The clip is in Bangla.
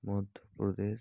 মধ্যপ্রদেশ